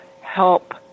help